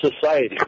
society